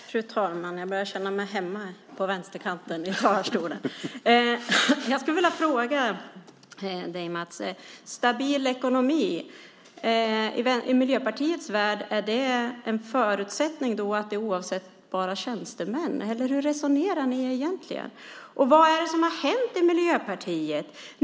Fru talman! Jag börjar känna mig hemma här på vänsterkanten i talarstolen! Jag skulle vilja fråga dig, Mats, om det i Miljöpartiets värld är en förutsättning för en stabil ekonomi att det bara är tjänstemän som bestämmer. Eller hur resonerar ni egentligen? Vad är det som har hänt i Miljöpartiet?